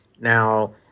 Now